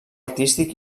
artístic